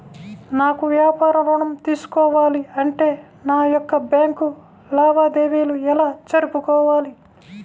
నాకు వ్యాపారం ఋణం తీసుకోవాలి అంటే నా యొక్క బ్యాంకు లావాదేవీలు ఎలా జరుపుకోవాలి?